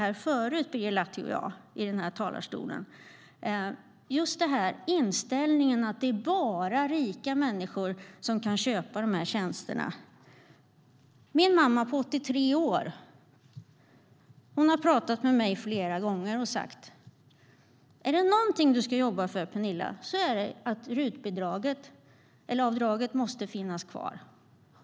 Birger Lahti och jag har tidigare diskuterat inställningen att det bara är rika människor som kan köpa dessa tjänster. Min mamma är 83 år. Hon har flera gånger sagt till mig att jag måste jobba för att RUT-avdraget ska finnas kvar.